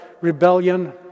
rebellion